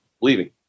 leaving